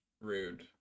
Rude